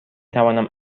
توانم